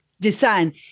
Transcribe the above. design